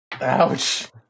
Ouch